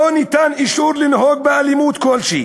לא ניתן אישור לנהוג באלימות כלשהי